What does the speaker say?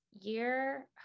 year